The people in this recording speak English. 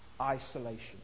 isolation